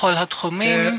בכל התחומים.